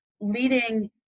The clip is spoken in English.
leading